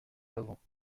savants